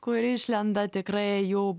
kur išlenda tikrai jų